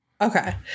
okay